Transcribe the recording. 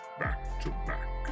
back-to-back